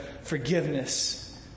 forgiveness